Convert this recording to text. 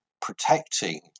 protecting